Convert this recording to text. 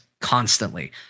Constantly